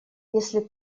если